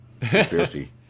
Conspiracy